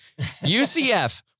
UCF